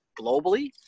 globally